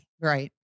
Right